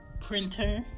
printer